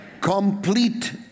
complete